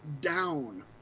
down